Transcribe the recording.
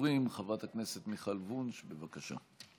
ראשונת הדוברים, חברת הכנסת מיכל וונש, בבקשה.